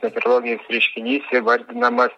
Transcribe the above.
meteorologinis reiškinys įvardinamas